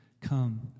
come